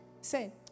say